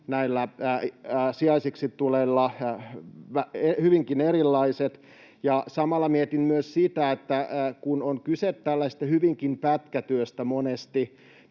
näillä sijaisiksi tulleilla hyvinkin erilaiset. Samalla mietin myös sitä, että kun on monesti kyse tällaisesta